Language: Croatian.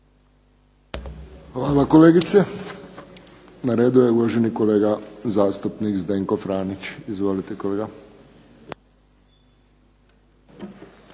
Hvala kolegice. Na redu je uvaženi kolega zastupnik Zdenko Franić. Izvolite kolega.